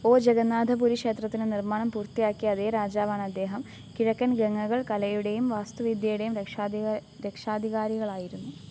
ഓ ജഗന്നാഥ പുരി ക്ഷേത്രത്തിന്റെ നിർമ്മാണം പൂർത്തിയാക്കിയ അതേ രാജാവാണ് അദ്ദേഹം കിഴക്കൻ ഗംഗകൾ കലയുടെയും വാസ്തുവിദ്യയുടെയും രക്ഷാധികാരികളായിരുന്നു